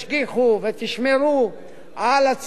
ושתצאו כמה שפחות לשטח,